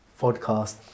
podcast